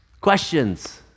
Questions